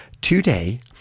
today